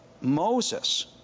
Moses